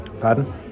pardon